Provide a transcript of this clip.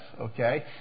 okay